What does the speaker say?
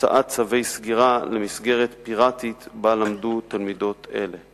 והוצאת צווי סגירה למסגרת פיראטית שבה למדו תלמידות אלה.